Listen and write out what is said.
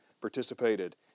participated